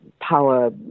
power